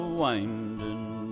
winding